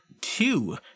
two